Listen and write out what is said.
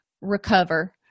recover